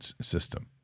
system